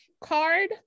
card